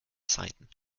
zeiten